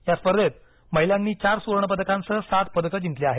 या स्पर्धेत महिलांनी चार सुवर्ण पदकांसह सात पदके जिंकली आहेत